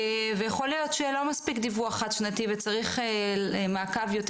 ויכול להיות שלא מספיק דיווח חד-שנתי וצריך מעקב יותר